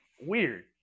Weird